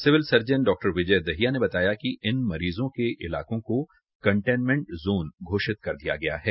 civil surgeon डा विजय दहिया ने बताया कि इन मरीजों के इलाज को इलकों कंटेनमेंट जोन घोषित किया गया है